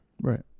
Right